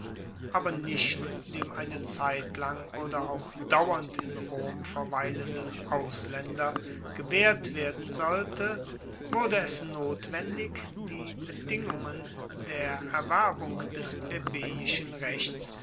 aber nicht dem eine zeitlang oder auch dauernd in rom verweilenden auslaender gewaehrt werden sollte wurde es notwendig die bedingungen der erwerbung des plebejischen rechts